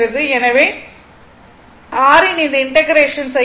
எனவே r இன் இந்த இண்டெகரேஷன் செய்ய வேண்டும்